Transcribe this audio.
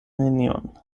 nenion